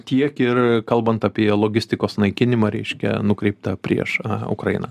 tiek ir kalbant apie logistikos naikinimą reiškia nukreiptą prieš ukrainą